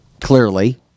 clearly